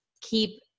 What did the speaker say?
keep